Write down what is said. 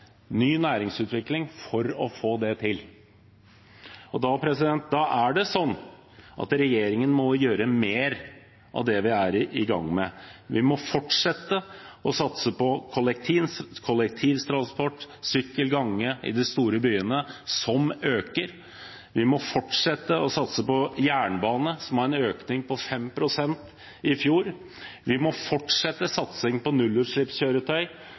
ny næringsutvikling – for å få det til. Da er det sånn at regjeringen må gjøre mer av det vi er i gang med. Vi må fortsette å satse på kollektivtransport, sykkel og gange i de store byene, som øker. Vi må fortsette å satse på jernbane, som hadde en økning på 5 pst. i fjor. Vi må fortsette satsing på nullutslippskjøretøy.